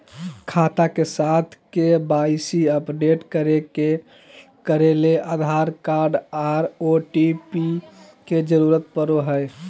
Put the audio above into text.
खाता के साथ के.वाई.सी अपडेट करे ले आधार कार्ड आर ओ.टी.पी के जरूरत पड़ो हय